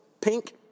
pink